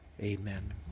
Amen